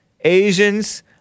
Asians